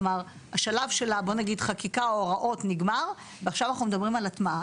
כלומר השלב של החקיקה או ההוראות נגמר ועכשיו מדברים על הטמעה.